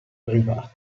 privata